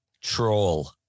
troll